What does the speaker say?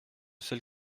celle